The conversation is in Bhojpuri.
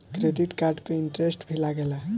क्रेडिट कार्ड पे इंटरेस्ट भी लागेला?